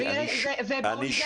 אני מסכים אתך,